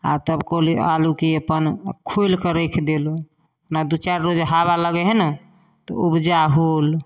आओर तब कहलहुँ आलूके अपन खोलिकऽ राखि देलहुँ दुइ चारि रोज हवा लगै हइ ने तऽ उपजा भेल